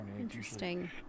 Interesting